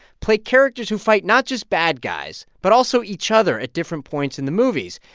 play characters who fight not just bad guys, but also each other at different points in the movies.